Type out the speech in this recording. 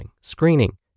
screening